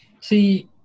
See